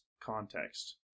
context